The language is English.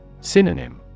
Synonym